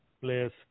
players